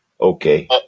Okay